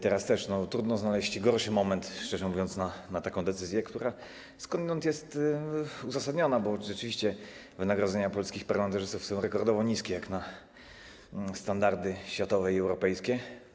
Teraz też trudno byłoby znaleźć gorszy moment, szczerze mówiąc, na taką decyzję, która skądinąd jest uzasadniona, bo rzeczywiście wynagrodzenia polskich parlamentarzystów są rekordowo niskie jak na standardy światowe i europejskie.